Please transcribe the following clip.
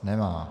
Nemá.